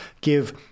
give